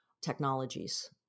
technologies